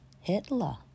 Hitler